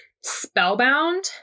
spellbound